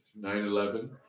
9-11